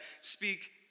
speak